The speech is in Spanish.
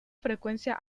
frecuencia